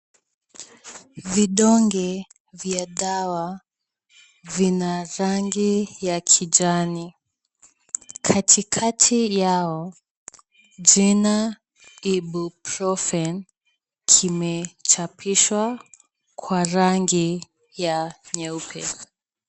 Vidonge vya dawa vina rangi ya kijani. Katikati yao jina ibuprofen kimechapishwa kwa rangi ya nyeupe.